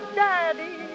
daddy